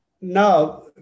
Now